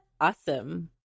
Awesome